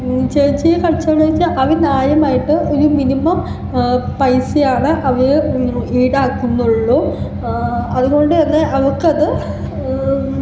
ചെറിയ ചെറിയ കച്ചവടം എന്ന് വച്ചാൽ അത് ന്യായമായിട്ട് ഒരു മിനിമം പൈസയാണ് അവർ ഈടാക്കുന്നുള്ളൂ അതുകൊണ്ട് തന്നെ അവർക്കത്